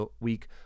week